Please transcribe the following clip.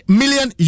million